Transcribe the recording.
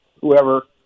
whoever